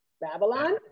Babylon